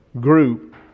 group